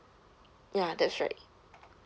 ya that's right